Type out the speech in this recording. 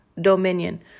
dominion